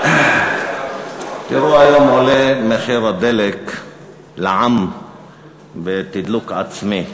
תראו, היום עולה מחיר הדלק לעם בתדלוק עצמי.